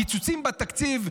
קיצוצים בתקציב.